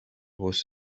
was